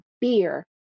beer